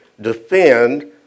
defend